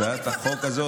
הצעת החוק הזאת,